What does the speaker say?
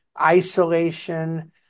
isolation